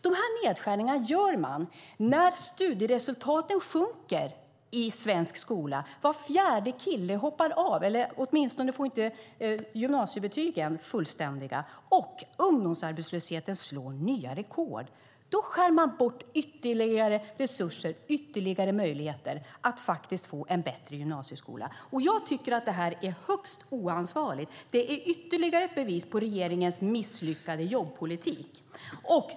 De här nedskärningarna gör man när studieresultaten sjunker i svensk skola. Var fjärde kille hoppar av, eller får åtminstone inte fullständiga gymnasiebetyg, och ungdomsarbetslösheten slår nya rekord. Då skär man bort ytterligare resurser, ytterligare möjligheter att faktiskt få en bättre gymnasieskola. Jag tycker att det är högst oansvarigt. Det är ytterligare ett bevis på regeringens misslyckade jobbpolitik.